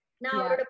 Now